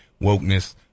wokeness